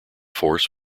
force